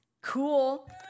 Cool